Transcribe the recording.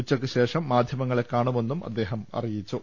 ഉച്ചക്ക് ശേ ഷം മാധ്യമങ്ങളെ കാണുമെന്നും അദ്ദേഹം അറിയിച്ചു